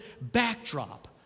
backdrop